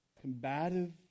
Combative